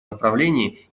направлении